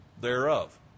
thereof